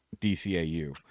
dcau